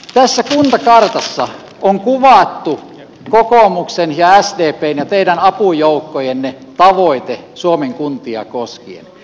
tässä kuntakartassa on kuvattu kokoomuksen ja sdpn ja teidän apujoukkojenne tavoite suomen kuntia koskien